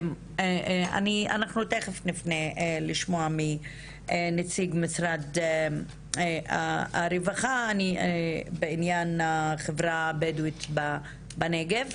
אנחנו תיכף נפנה לשמוע מנציג משרד הרווחה בענין החברה הבדואית בנגב.